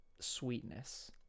sweetness